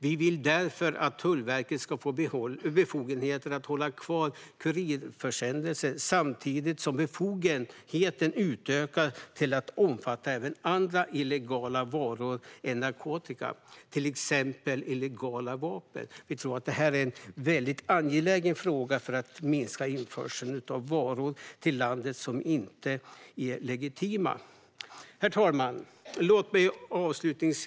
Vi vill därför att Tullverket ska få befogenheter att hålla kvar kurirförsändelser, samtidigt som befogenheterna utökas till att omfatta även andra illegala varor än narkotika, till exempel illegala vapen. Det är en mycket angelägen fråga för att minska införseln av varor som inte är legitima till landet. Herr talman!